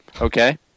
Okay